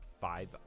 five